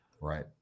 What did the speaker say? right